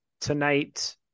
tonight